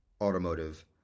automotive